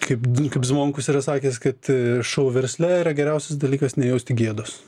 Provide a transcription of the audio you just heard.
kaip kaip zvonkus yra sakęs kad šou versle yra geriausias dalykas nejausti gėdos